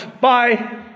Bye